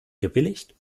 gebilligt